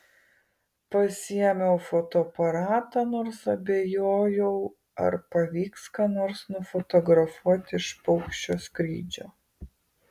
pasiėmiau fotoaparatą nors abejojau ar pavyks ką nors nufotografuoti iš paukščio skrydžio